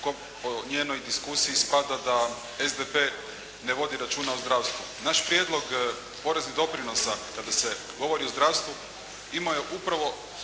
Po njenoj diskusiji spada da SDP ne vodi računa o zdravstvu. Naš prijedlog poreznih doprinosa kada se govori o zdravstvu imao je upravo